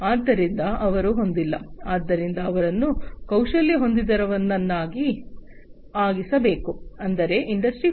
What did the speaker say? ಆದ್ದರಿಂದ ಅವರು ಹೊಂದಿಲ್ಲ ಆದ್ದರಿಂದ ಅವರನ್ನು ಕೌಶಲ್ಯ ಹೊಂದಿದವರನ್ನಾಗಿಸಬೇಕು ಅಂದರೆ ಇಂಡಸ್ಟ್ರಿ 4